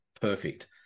perfect